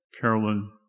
Carolyn